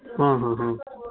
ಹಾಂ ಹಾಂ ಹಾಂ